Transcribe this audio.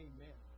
Amen